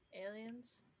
aliens